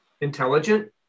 intelligent